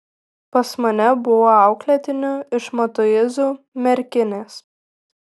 pas mane buvo auklėtinių iš matuizų merkinės